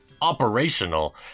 operational